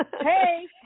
Hey